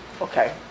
Okay